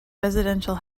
residential